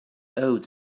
owed